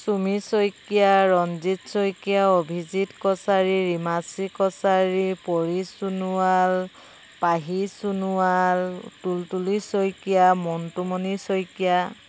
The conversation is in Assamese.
চুমি শইকীয়া ৰঞ্জিত শইকীয়া অভিজিত কছাৰী ৰিমাশ্ৰী কছাৰী পৰি সোণোৱাল পাহী সোণোৱাল তুলতুলি শইকীয়া মণ্টুমণি শইকীয়া